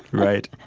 right.